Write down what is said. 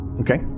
Okay